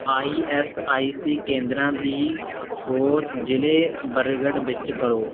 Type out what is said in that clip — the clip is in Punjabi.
ਆਈ ਐੱਸ ਆਈ ਸੀ ਕੇਂਦਰਾਂ ਦੀ ਖੋਜ ਜ਼ਿਲੇ ਬਰਗੜ੍ਹ ਵਿੱਚ ਕਰੋ